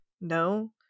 no